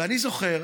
ואני זוכר